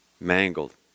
Mangled